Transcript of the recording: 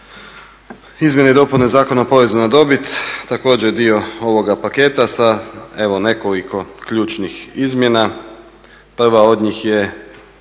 Izmjene i dopune Zakona o porezu na dobit, također dio ovoga paketa sa evo nekoliko ključnih izmjena. Prva od njih je